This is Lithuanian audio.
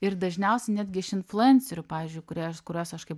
ir dažniausiai netgi iš influencerių pavyzdžiui kurie kuriuos aš kaip